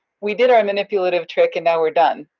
we did our manipulative trick, and now we're done.